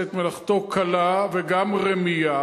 עושה את מלאכתו קלה וגם רמייה,